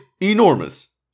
enormous